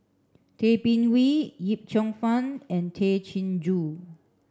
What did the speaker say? Tay Bin Wee Yip Cheong Fun and Tay Chin Joo